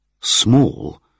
small